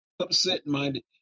upset-minded